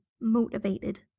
Motivated